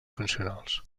funcionals